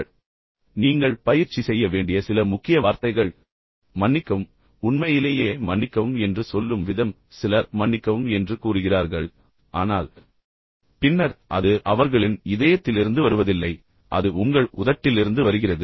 அதை மீண்டும் மீண்டும் பதிவு செய்யுங்கள் பயிற்சி செய்யுங்கள் நீங்கள் பயிற்சி செய்ய வேண்டிய சில முக்கிய வார்த்தைகள் மன்னிக்கவும் உண்மையிலேயே மன்னிக்கவும் என்று சொல்லும் விதம் சிலர் மன்னிக்கவும் என்று கூறுகிறார்கள் ஆனால் பின்னர் அது அவர்களின் இதயத்திலிருந்து வருவதில்லை அது உங்கள் உதட்டிலிருந்து வருகிறது